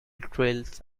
trails